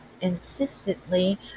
insistently